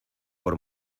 por